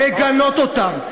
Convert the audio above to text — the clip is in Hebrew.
לגנות אותם.